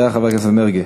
בבקשה, חבר הכנסת מרגי.